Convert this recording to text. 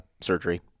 surgery